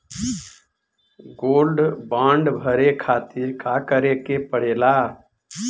Gold bond भरे खातिर का करेके पड़ेला?